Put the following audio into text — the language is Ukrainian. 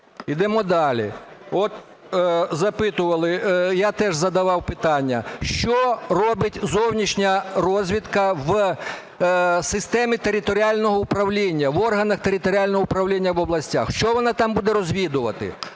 Ідемо далі. От запитували, я теж задавав питання: що робить зовнішня розвідка в системі територіального управління, в органах територіального управління в областях? Що вона там буде розвідувати?